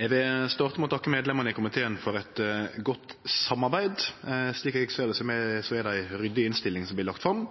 Eg vil starte med å takke medlemane i komiteen for eit godt samarbeid. Slik eg ser det, er det ei ryddig innstilling som blir lagt fram.